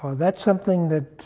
that's something that